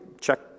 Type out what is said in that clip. check